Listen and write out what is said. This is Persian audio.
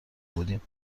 بودیم